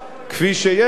כפי שיש לנו,